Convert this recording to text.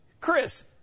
Chris